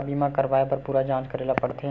का बीमा कराए बर पूरा जांच करेला पड़थे?